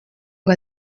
ngo